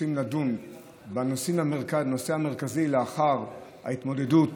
רוצים לדון בנושא המרכזי לאחר ההתמודדות